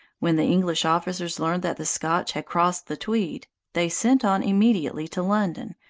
when the english officers learned that the scotch had crossed the tweed, they sent on immediately to london,